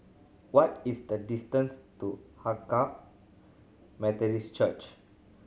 what is the distance to Hakka Methodist Church